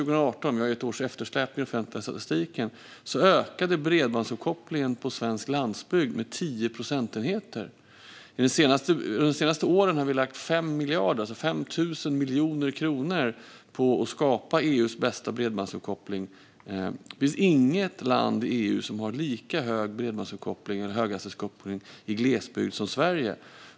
Vi har ju ett års eftersläpning i den offentliga statistiken, men mellan 2017 och 2018 ökade bredbandsuppkopplingen på svensk landsbygd med 10 procentenheter. Under de senaste åren har vi lagt 5 miljarder, alltså 5 000 miljoner kronor, på att skapa EU:s bästa bredbandsuppkoppling. Det finns inget land i EU som har lika hög grad av bredbandsuppkoppling eller höghastighetsuppkoppling i glesbygd som Sverige.